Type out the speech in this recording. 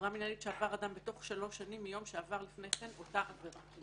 עבירה מינהלית שעבר אדם בתוך שלוש שנים מיום שעבר לפני כן אותה עבירה.'